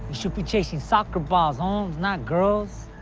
should be chasing soccer balls, homes. not girls.